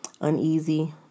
Uneasy